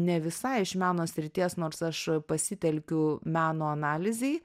ne visai iš meno srities nors aš pasitelkiu meno analizei